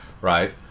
right